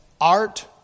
Art